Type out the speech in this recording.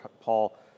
Paul